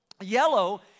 Yellow